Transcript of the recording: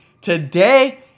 Today